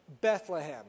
Bethlehem